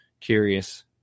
curious